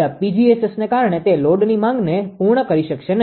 ΔPg𝑆𝑆ને કારણે તે લોડની માંગને પૂર્ણ કરી શકશે નહીં